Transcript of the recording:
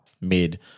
mid